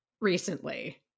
recently